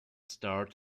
starred